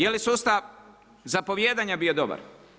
Je li sustav zapovijedanja bio dobar?